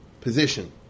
position